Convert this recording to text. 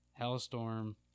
Hellstorm